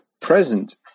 present